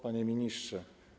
Panie Ministrze!